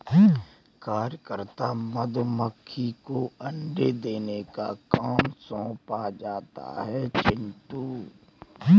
कार्यकर्ता मधुमक्खी को अंडे देने का काम सौंपा जाता है चिंटू